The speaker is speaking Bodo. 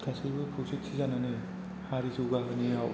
गासैबो खौसेथि जानानै हारि जौगाहोनायाव